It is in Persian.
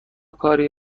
کاری